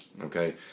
Okay